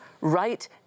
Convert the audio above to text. right